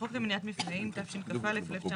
בחוק למניעת מפגעים תשכ"א-1961,